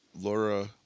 Laura